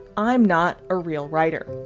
i'm not a real writer.